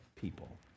people